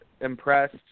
impressed